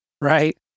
right